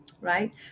right